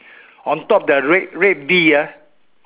on top the red red B ah